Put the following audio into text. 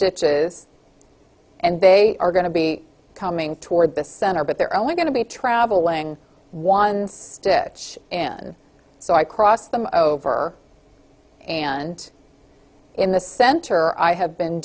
stitches and they are going to be coming toward the center but they're only going to be traveling one stitch and so i cross them over and in the center i have been